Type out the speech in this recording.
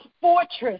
fortress